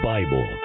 Bible